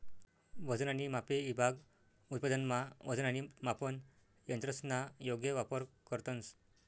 वजन आणि मापे ईभाग उत्पादनमा वजन आणि मापन यंत्रसना योग्य वापर करतंस